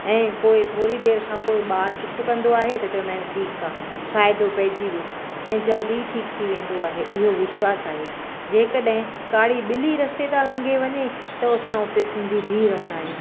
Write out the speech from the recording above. ऐं पोइ थोरी देरि खां पोइ ॿारु चुप कंदो आहे त चवंदा आहियूं ठीक आहे फ़ाइदो पइजी वियुसि ऐं जल्दी ठीक थी वेंदो आहे इहो विश्वासु आहे जेकॾहिं कारी ॿिली रस्ते तां लंघे वञे तो असां सिंधी बीह रहंदा आहियूं